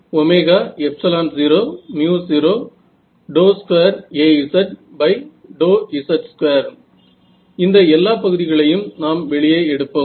Ez jAz j002Azz2 இந்த எல்லா பகுதிகளையும் நாம் வெளியே எடுப்போம்